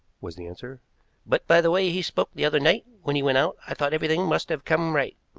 was the answer but by the way he spoke the other night when he went out i thought everything must have come right.